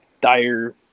dire